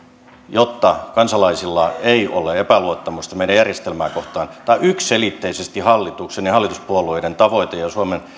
jotta kansalaisilla ei ole epäluottamusta meidän järjestelmää kohtaan tämä on yksiselitteisesti hallituksen ja hallituspuolueiden tavoite ja suomen